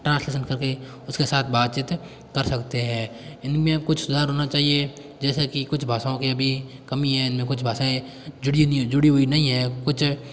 translation कर के उसके साथ बातचीत कर सकते हैं इनमें कुछ सुधार होना चाहिए जैसा कि कुछ भाषाओँ के भी कमी इनमें कुछ भाषाएं जुड़ी नहीं जुड़ी हुई नहीं है कुछ